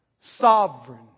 Sovereign